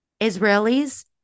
Israelis